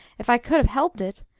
if i could have helped it!